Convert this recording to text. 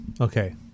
Okay